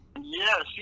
yes